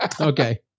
Okay